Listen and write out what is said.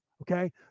Okay